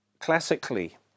classically